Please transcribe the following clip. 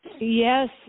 yes